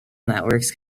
networks